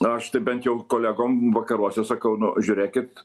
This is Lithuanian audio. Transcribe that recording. aš tai bent jau kolegom vakaruose sakau nu žiūrėkit